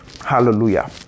hallelujah